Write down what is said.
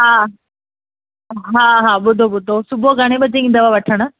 हा हा हा ॿुधो ॿुधो सुबुहु घणे बजे ईंदव वठणु